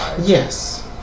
Yes